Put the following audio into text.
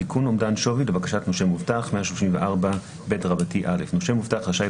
134ב.תיקון אומדן שווי לבקשת נושה מובטח נושה מובטח רשאי,